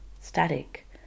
static